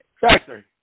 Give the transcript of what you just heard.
Factory